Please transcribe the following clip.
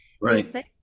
right